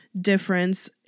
difference